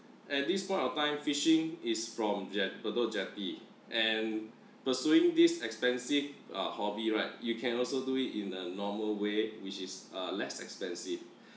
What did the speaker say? at this point of time fishing is from jet bedok jetty and pursuing this expensive uh hobby right you can also do it in a normal way which is uh less expensive